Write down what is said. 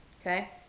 okay